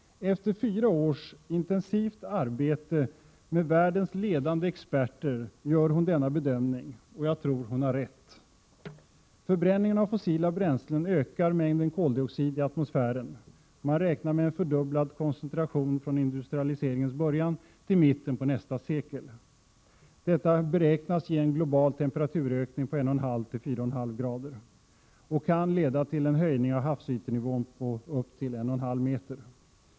Efter fyra års intensivt arbete med världens ledande experter gör hon denna bedömning, och jag tror att hon har rätt. Förbränningen av fossila bränslen ökar mängden koldioxid i atmosfären. Man räknar med en fördubblad koncentration från industrialiseringens början till mitten av nästa sekel. Detta beräknas ge en global temperaturökning på 1,5-4,5 grader C och kan leda till en höjning av havsytenivån på upp till 1,5 meter.